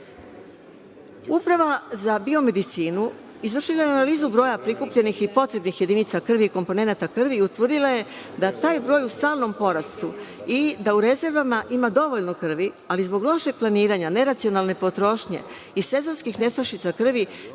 krvi. Uprava za biomedicinu izvršila je analizu broja prikupljenih i potrebnih jedinica krvi i komponenata krvi i utvrdila je da je taj broj u stalnom porastu i da u rezervama ima dovoljno krvi, ali zbog lošeg planiranja, neracionalne potrošnje i sezonskih nestašica krvi,